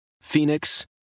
Phoenix